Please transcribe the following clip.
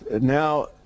now